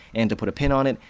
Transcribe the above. and to put a pin on it,